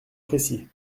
précis